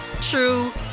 true